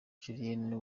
juliana